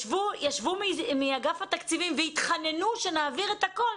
ישבו מאגף התקציבים והתחננו שנעביר את הכול.